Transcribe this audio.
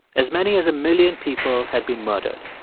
as many as a million people had been murdered.